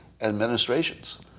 administrations